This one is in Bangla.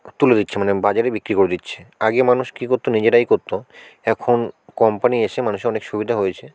তুলে দিচ্ছে মানে বাজারে বিক্রি করে দিচ্ছে আগে মানুষ কি করত নিজেরাই করত এখন কোম্পানি এসে মানুষের অনেক সুবিধা হয়েছে